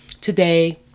today